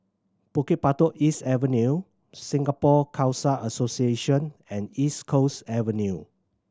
Bukit Batok East Avenue Singapore Khalsa Association and East Coast Avenue